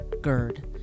GERD